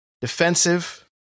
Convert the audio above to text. defensive